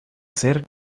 ser